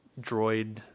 droid